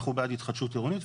אנחנו בעד התחדשות עירונית,